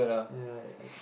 right I